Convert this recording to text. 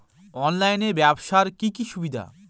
অনলাইনে ব্যবসার কি কি অসুবিধা?